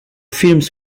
films